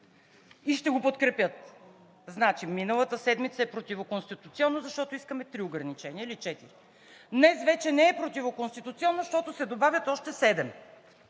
и ще го подкрепят. Значи миналата седмица е противоконституционно, защото искаме три ограничения или четири. Днес вече не е противоконституционно, защото се добавят още седем